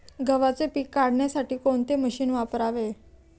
गव्हाचे पीक काढण्यासाठी कोणते मशीन वापरावे?